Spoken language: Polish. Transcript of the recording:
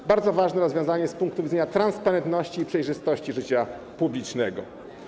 To bardzo ważne rozwiązanie z punktu widzenia transparentności i przejrzystości życia publicznego.